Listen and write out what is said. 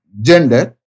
gender